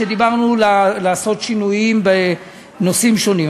כשדיברנו על שינויים בנושאים שונים.